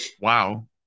wow